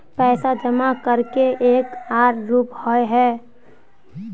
पैसा जमा करे के एक आर रूप होय है?